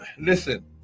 listen